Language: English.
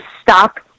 stop